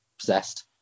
possessed